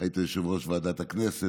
ובארצות הברית,